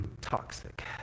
toxic